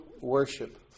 worship